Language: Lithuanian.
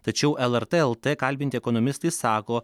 tačiau lrt lt kalbinti ekonomistai sako